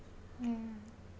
ya